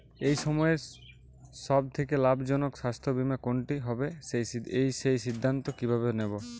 এই সময়ের সব থেকে লাভজনক স্বাস্থ্য বীমা কোনটি হবে সেই সিদ্ধান্ত কীভাবে নেব?